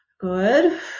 Good